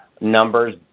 numbers